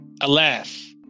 alas